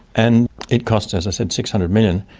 and it cost, as i said, six hundred million